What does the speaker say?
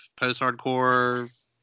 post-hardcore